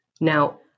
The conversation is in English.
Now